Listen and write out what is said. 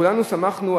כולנו שמחנו,